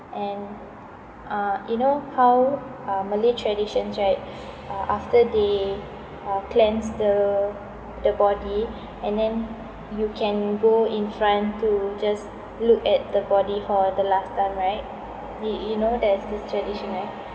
and uh you know how(uh) malay traditions right uh after they uh cleanse the the body and then you can go in front to just look at the body for the last time right you you know there's this tradition